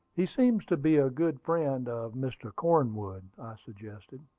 he seems to be a good friend of mr. cornwood, i suggested.